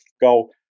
go